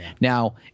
Now